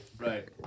right